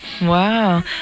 Wow